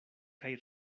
kaj